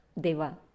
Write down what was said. deva